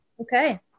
Okay